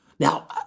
Now